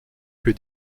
que